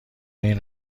این